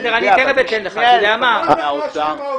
מה אנחנו אשמים?